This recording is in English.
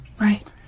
Right